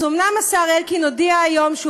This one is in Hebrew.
אז אומנם השר אלקין הודיע היום שהוא